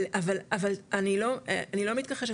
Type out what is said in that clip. אבל אני לא מתכחשת,